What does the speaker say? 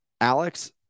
alex